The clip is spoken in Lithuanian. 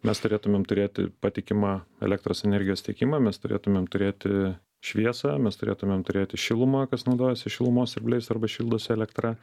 mes turėtumėm turėti patikimą elektros energijos tiekimą mes turėtumėm turėti šviesą mes turėtumėm turėti šilumą kas naudojasi šilumos siurbliais arba šildosi elektra